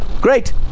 Great